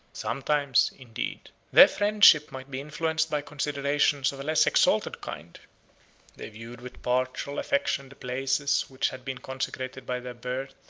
sometimes, indeed, their friendship might be influenced by considerations of a less exalted kind they viewed with partial affection the places which had been consecrated by their birth,